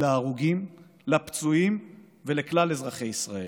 להרוגים, לפצועים ולכלל אזרחי ישראל.